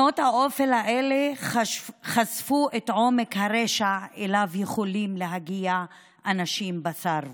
שנות האופל האלה חשפו את עומק הרשע שאליו יכולים להגיע אנשים בשר ודם.